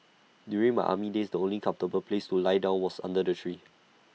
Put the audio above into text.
during my army days the only comfortable place to lie down was under the tree